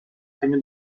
segno